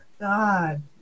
God